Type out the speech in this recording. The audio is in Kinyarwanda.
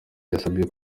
yasavye